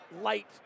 light